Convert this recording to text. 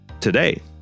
today